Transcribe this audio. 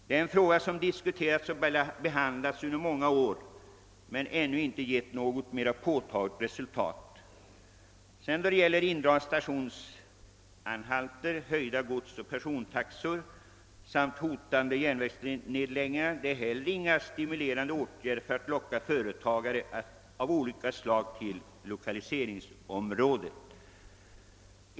Denna fråga har disku terats under många år, men ännu har den inte fått någon lösning. Indragning av stationsanhalter, höjda godsoch persontaxor samt hotande järnvägsnedläggelser lockar heller inte företagare till lokaliseringsområdet.